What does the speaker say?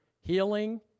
Healing